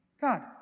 God